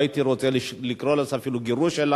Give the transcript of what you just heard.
לא הייתי רוצה לקרוא לזה אפילו גירוש,